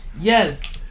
Yes